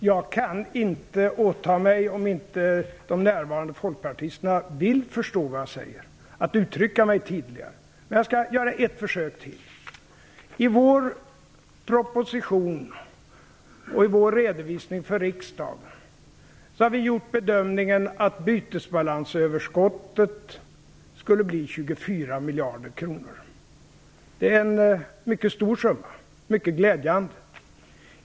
Herr talman! Om inte de närvarande folkpartisterna vill förstå vad jag säger, kan jag inte åta mig att uttrycka mig tydligare. Men jag skall göra ytterligare ett försök. I vår proposition och i vår redovisning inför riksdagen hade vi gjort bedömningen att bytesbalansöverskottet skulle bli 24 miljarder kronor. Det är en mycket stor summa, vilket är mycket glädjande.